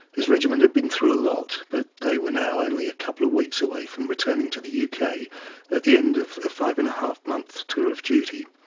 his regiment had been through a lot, but they were now only a couple of weeks away from returning to the yeah uk at the end of a five-and-a-half month tour of duty.